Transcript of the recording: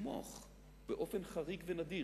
לתמוך באופן חריג ונדיר,